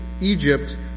Egypt